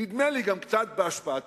נדמה לי גם קצת בהשפעתנו,